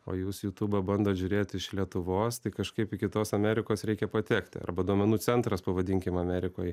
o jūs jutūbą bandot žiūrėt iš lietuvos tai kažkaip iki kitos amerikos reikia patekti arba duomenų centras pavadinkim amerikoj